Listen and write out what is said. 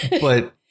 But-